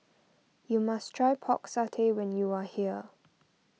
you must try Pork Satay when you are here